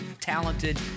talented